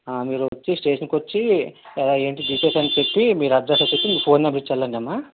మీరు వచ్చి స్టేషన్ కు వచ్చి ఇలా ఏంటి డీటెయిల్స్ అన్నీచెప్పి అడ్రస్ అన్నీ మీ చెప్పి ఫోన్ నెంబర్ ఇచ్చి వెళ్లండమ్మా